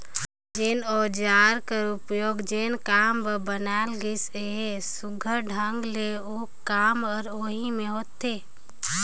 जेन अउजार कर उपियोग जेन काम बर बनाल गइस अहे, सुग्घर ढंग ले ओ काम हर ओही मे होथे